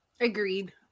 Agreed